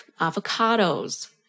avocados